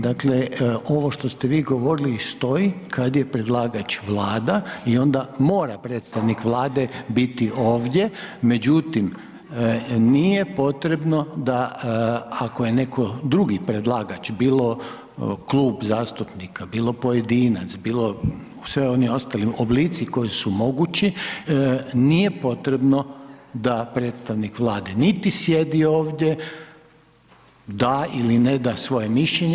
Dakle, ovo što ste vi govorili stoji kad je predlagač Vlada i onda mora predstavnik Vlade biti ovdje, međutim nije potrebno da, ako je netko drugi predlagač bilo klub zastupnika, bilo pojedinac, bilo sve oni ostali oblici koji su mogući, nije potrebno da predstavnik Vlade niti sjedi ovdje, da ili ne da svoje mišljenje.